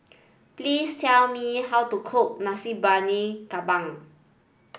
please tell me how to cook Nasi Briyani Kambing